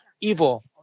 evil